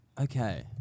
Okay